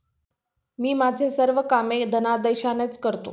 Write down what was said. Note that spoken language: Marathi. मी माझी सर्व कामे धनादेशानेच करतो